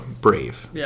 brave